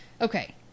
Okay